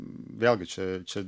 vėlgi čia čia